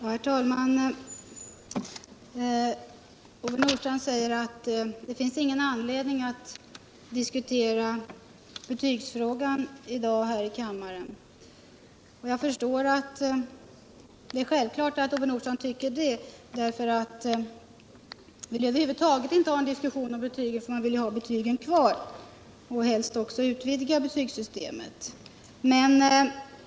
Herr talman! Ove Nordstrandh säger att det inte finns någon anledning att diskutera betygsfrågan i dag här i kammaren. Det är självklart att Ove Nordstrandh tycker det. Han vill över huvud taget inte ha någon diskussion om betygen, eftersom han vill ha betygen kvar, och helst också utvidga betygssystemet.